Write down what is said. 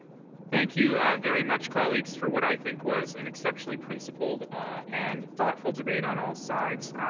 thank you very much, colleagues for what i think was an exceptionally principled and thoughtful debate on all sides.